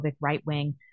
right-wing